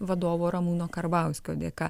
vadovo ramūno karbauskio dėka